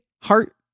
heart